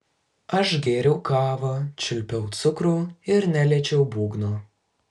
aš gėriau kavą čiulpiau cukrų ir neliečiau būgno